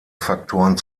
faktoren